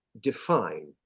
define